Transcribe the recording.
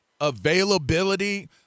availability